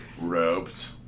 Ropes